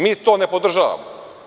Mi to ne podržavamo.